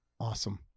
Awesome